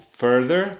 further